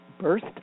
burst